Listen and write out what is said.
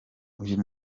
uyu